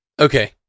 Okay